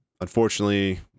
Unfortunately